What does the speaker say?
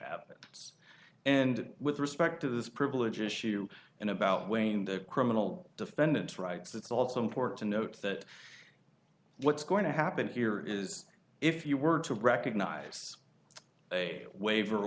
it's and with respect to this privilege issue and about weighing the criminal defendants rights it's also important to note that what's going to happen here is if you were to recognize a waiver